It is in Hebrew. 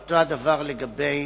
אותו דבר לגבי